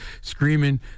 screaming